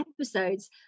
episodes